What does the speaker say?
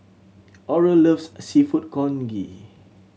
Oral loves Seafood Congee